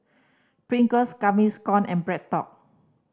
Pringles Gaviscon and BreadTalk